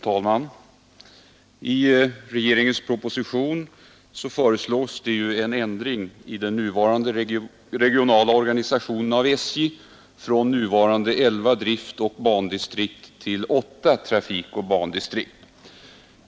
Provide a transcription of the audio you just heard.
Fru talman! I regeringens proposition föreslås en ändring i den regionala organisationen av SJ från nuvarande elva driftoch bandistrikt till åtta trafikoch bandistrikt.